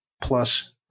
plus